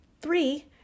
three